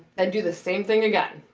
i'd do the same thing again.